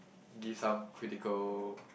give some critical